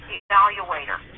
evaluator